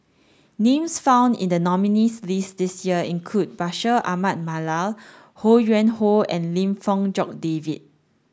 names found in the nominees' list this year include Bashir Ahmad Mallal Ho Yuen Hoe and Lim Fong Jock David